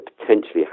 potentially